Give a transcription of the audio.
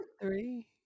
Three